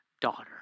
daughter